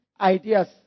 ideas